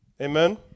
Amen